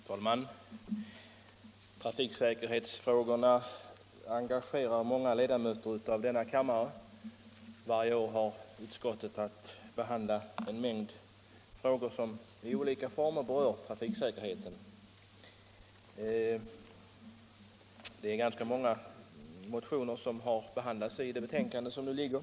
Herr talman! Trafiksäkerhetsfrågorna engagerar många ledamöter av denna kammare. Varje år har utskottet att behandla en mängd frågor som rör trafiksäkerheten. Ganska många motioner behandlas i det betänkande som nu föreligger.